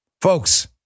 Folks